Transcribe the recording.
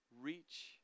reach